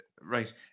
right